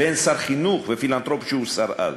ואין שר חינוך ופילנתרופ שהוא שר-על.